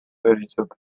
deritzote